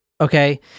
okay